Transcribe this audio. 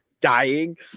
dying